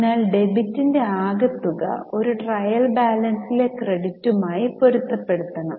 അതിനാൽ ഡെബിറ്റിന്റെ ആകെ തുക ഒരു ട്രയൽ ബാലൻസിലെ ക്രെഡിറ്റുമായി പൊരുത്തപ്പെടണം